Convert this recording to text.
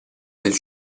del